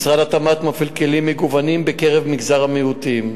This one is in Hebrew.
משרד התמ"ת מפעיל כלים מגוונים בקרב מגזר המיעוטים.